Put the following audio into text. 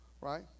right